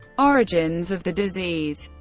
origins of the disease